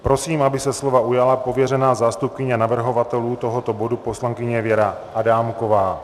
Prosím, aby se slova ujala pověřená zástupkyně navrhovatelů tohoto bodu poslankyně Věra Adámková.